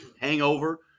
hangover